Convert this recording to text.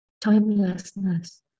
timelessness